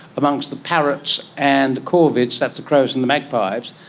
amongst the parrots and corvids, that's the crows and the magpies,